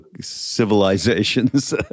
civilizations